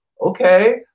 okay